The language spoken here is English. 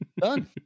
Done